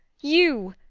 you,